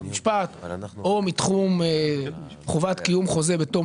במשפט או מתחום חובת קיום חוזה בתום